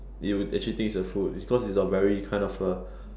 you would actually taste the food because it is very kind of a